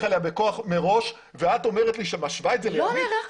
אליה בכוח מראש ואת משווה את זה לימית?